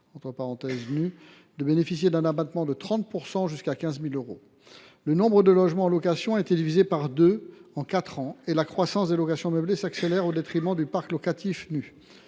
en location nue de bénéficier d’un abattement de 30 % jusqu’à 15 000 euros. Le nombre de logements en location a été divisé par deux en quatre ans et la croissance des locations meublées s’accélère au détriment du parc locatif nu.